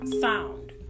sound